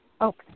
Okay